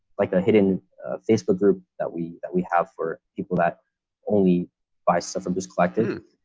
like a hidden facebook group that we that we have for people that only buy stuff from this collective.